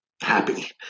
happy